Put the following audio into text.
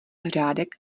řádek